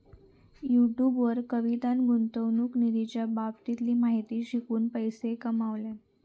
YouTube वर कवितान गुंतवणूक निधीच्या बाबतीतली माहिती शिकवून पैशे कमावल्यान